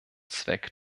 zweck